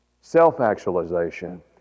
self-actualization